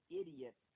idiot